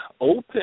open